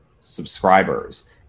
subscribers